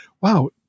wow